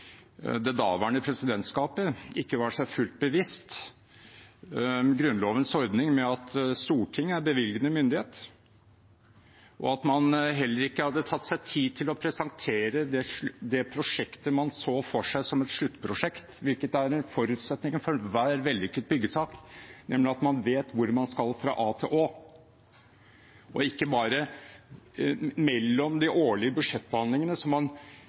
det daværende presidentskapet ikke var seg fullt bevisst Grunnlovens ordning med at Stortinget er bevilgende myndighet, og at man heller ikke hadde tatt seg tid til å presentere det prosjektet man så for seg som et sluttprosjekt, hvilket er en forutsetning for enhver vellykket byggesak, nemlig at man vet hvor man skal fra a til å, og ikke bare mellom de årlige budsjettbehandlingene, som man